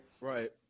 Right